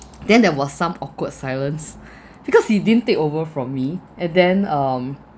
then there was some awkward silence because he didn't take over from me and then um